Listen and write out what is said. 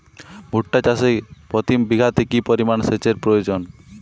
ভুট্টা চাষে প্রতি বিঘাতে কি পরিমান সেচের প্রয়োজন?